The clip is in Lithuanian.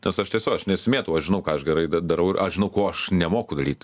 nes aš tiesio aš nesimėtau aš žinau ką aš gerai da darau ir aš žinau ko aš nemoku daryt